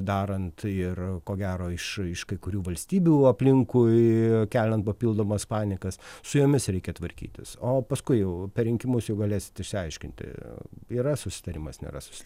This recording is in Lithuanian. darant ir ko gero iš iš kai kurių valstybių aplinkui keliant papildomas panikas su jomis reikia tvarkytis o paskui jau per rinkimus jau galėsit išsiaiškinti yra susitarimas nėra susi